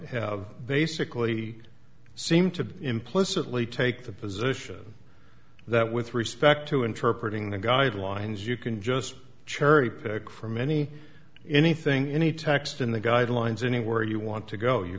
have basically seem to implicitly take the position that with respect to interpret ing the guidelines you can just cherry pick from many anything any text in the guidelines anywhere you want to go you